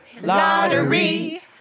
Lottery